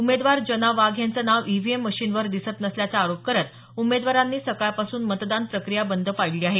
उमेदवार जना वाघ यांचं नाव ईव्हीएम मशीनवर दिसत नसल्याचा आरोप करत उमेदवारांनी सकाळ पासून मतदान प्रक्रिया बंद पाडली आहे